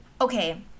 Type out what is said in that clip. okay